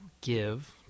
give